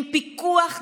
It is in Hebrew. עם פיקוח דל,